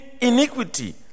iniquity